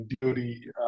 duty